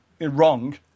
wrong